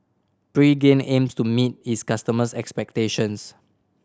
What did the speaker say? Pregain aims to meet its customers' expectations